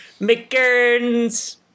McGurns